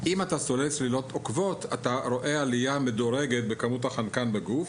אם אתה צולל צלילות עוקבות אתה רואה עלייה מדורגת בכמות החנקן בגוף,